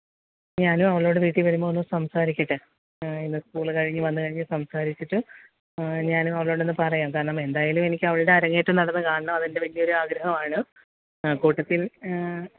ഞാനും അവളോട് വീട്ടിൽ വരുമ്പോൾ ഒന്ന് സംസാരിക്കട്ടെ ഇന്ന് സ്കൂൾ കഴിഞ്ഞ് വന്ന് കഴിഞ്ഞ് സംസാരിച്ചിട്ട് ഞാൻ അവളോട് ഒന്ന് പറയാം കാരണം എന്തായാലും എനിക്ക് അവൾടെ അരങ്ങേറ്റം നടന്നു കാണണം അതെൻ്റെ വലിയൊരു ആഗ്രഹവാണ് അ കൂട്ടത്തിൽ